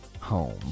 home